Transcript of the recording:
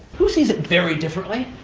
who sees it very differently?